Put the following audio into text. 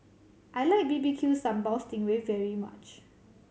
I like B B Q Sambal sting ray very much